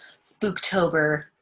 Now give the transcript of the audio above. Spooktober